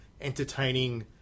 entertaining